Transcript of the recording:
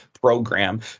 Program